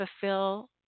fulfill